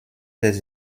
des